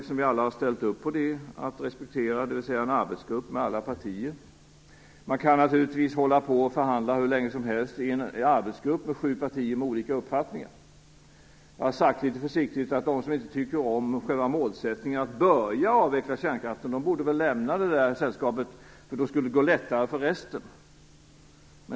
Eftersom vi alla har ställt oss bakom det, har vi väl anledning att respektera det. Man kan naturligtvis förhandla hur länge som helst i en arbetsgrupp där sju partier med olika uppfattningar är representerade. Jag har litet försiktigt sagt att de som inte tycker om målsättningen att börja avveckla kärnkraften väl borde lämna sällskapet. Då skulle det gå lättare för de övriga.